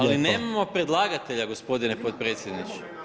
Ali nemamo predlagatelja gospodine potpredsjedniče.